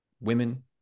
women